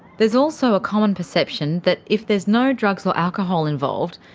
there's also a common perception that if there's no drugs or alcohol involved,